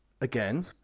again